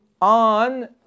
on